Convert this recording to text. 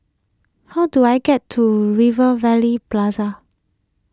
how do I get to Rivervale Plaza